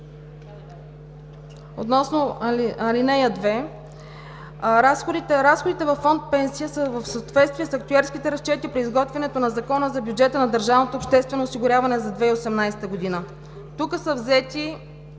Относно ал. 2, разходите във Фонд „Пенсии“ са в съответствие с актюерските разчети при изготвянето на Закона за бюджета на държавното обществено осигуряване за 2018 г. Тук са взети